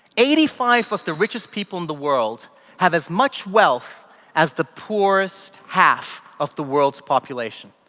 eighty five of the richest people in the world have as much wealth as the poorest half of the world's population.